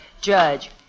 Judge